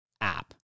app